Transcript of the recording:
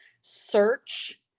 search